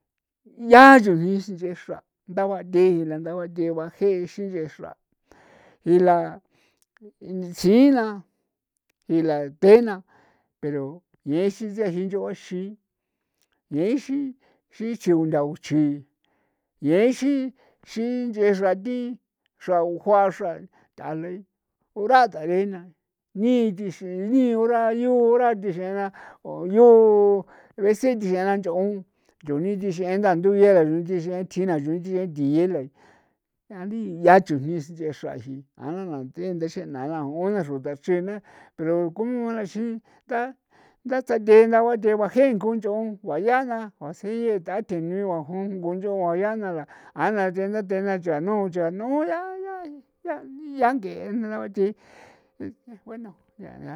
Yaa chujni sinch'e xra ndabathee la ndabathee ba jee sinch'e xra jila xina jila thena pero yexin nch'eji nch'o xin yexin xi chi ndaguchi yexin xi nch'e xra thi xrau juaa xra t'ale uraa t'arena ni tix'ena ni ura yu ra tix'ena o yu a rece tix'ena nch'on chujni tix'e nda ndu yera thix'e thina ndu tix'e ntiyela iandi ya chujni sinch'e xra ji' ja'ana nth'e ndax'ena na ju xrun nda chena pero kunuara xi ta ndasathee ndabathee baje ngu nch'on guayaana juasiye t'a teniu ajun ngu nch'o juayana la ana the ndatena chanu cha nuya ya yari'a ng'e ndu ndaba thi bueno yaa.